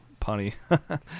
punny